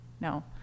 No